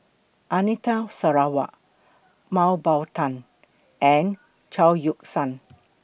Anita Sarawak Mah Bow Tan and Chao Yoke San